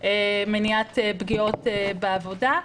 מניעת פגיעות בעבודה.